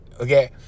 Okay